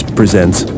presents